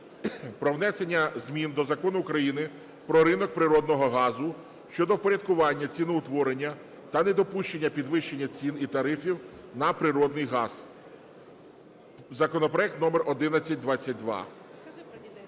про внесення змін до Закону України "Про ринок природного газу" щодо впорядкування ціноутворення та недопущення підвищення цін і тарифів на природний газ, (законопроект №1122).